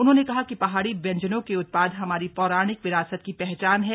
उन्होंने कहा कि पहाड़ी व्यंजनों के उत्पाद हमारी पौराणिक विरासत की पहचान है